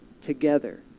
together